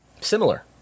Similar